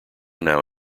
now